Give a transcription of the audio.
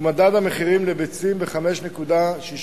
ומדד המחירים לביצים ב-5.6%.